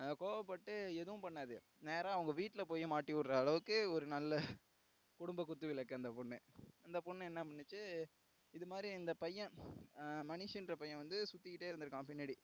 கோவப்பட்டு எதுவும் பண்ணாது நேராக அவங்க வீட்டில் போய் மாட்டி விட்ற அளவுக்கு ஒரு நல்ல குடும்ப குத்துவிளக்கு அந்த பொண்ணு அந்த பொண்ணு என்ன பண்ணுச்சு இதுமாதிரி இந்தப் பையன் மனிஷ்ன்ற பையன் வந்து சுற்றிக்கிட்டே இருந்து இருக்கான் பின்னாடி